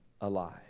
alive